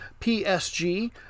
PSG